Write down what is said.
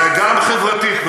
וגם חברתית,